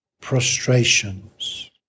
prostrations